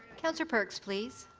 councillor perks, please.